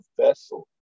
vessel